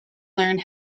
learn